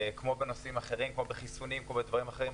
כמו בחיסונים וכמו בנושאים אחרים.